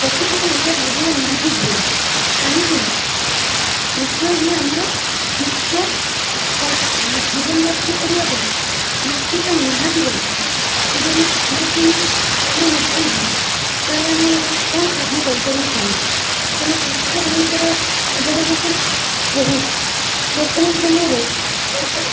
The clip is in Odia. ପ୍ରକୃତରେ ଏଇଟା ଭାବିବା ନିହାତି ଭୁଲ୍ କାହିଁକିନା କୃଷି ହିଁ ଆମର ମୁଖ୍ୟ ସଂସ୍ଥା ଜୀବନଯାପନ କରିବାପାଇଁ କୃଷିଟା ନିହାତି ଦରକାର ଯଦି ଆମେ ଖାଇବାକୁ ହିଁ ଗଣ୍ଡେ ନପାଇବୁ ତାହେଲେ ଆମେ କ'ଣ କାମ କରିପାରିବୁ କୁହନ୍ତୁ ତେଣୁ କୃଷକଭାଇଙ୍କର ଅବଦାନ ତ ବହୁତ ବର୍ତ୍ତମାନ ସମୟରେ ସରକାର